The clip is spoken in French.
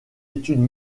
études